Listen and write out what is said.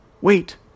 Wait